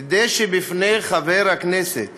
כדי שבפני חבר הכנסת